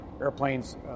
airplanes